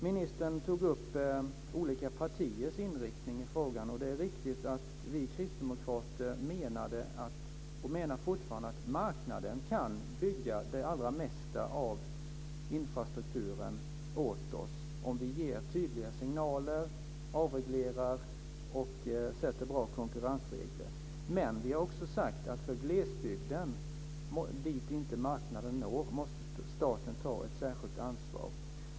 Ministern tog upp olika partiers inriktning i frågan. Det är riktigt att vi kristdemokrater menade att marknaden kan bygga det mesta av infrastrukturen åt oss, om vi ger tydliga signaler, avreglerar och sätter upp bra konkurrensregler. Det menar vi fortfarande. Men för glesbygden, dit marknaden inte når, måste staten ta ett särskilt ansvar.